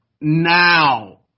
now